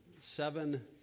seven